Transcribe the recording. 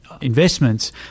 investments